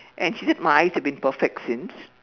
and she said my eyes have been perfect since